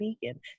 vegan